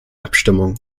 abstimmung